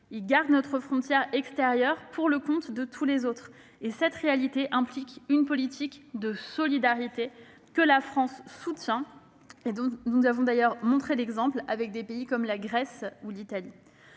ils gardent notre frontière extérieure pour le compte de tous les autres. Cette réalité implique une politique de solidarité que la France soutient. Nous en avons montré l'exemple avec des pays comme la Grèce ou l'Italie.